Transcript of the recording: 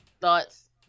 thoughts